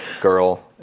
girl